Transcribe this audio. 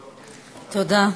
תודה.